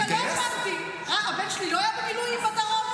רגע, לא הבנתי, הבן שלי לא היה במילואים בדרום?